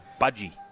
budgie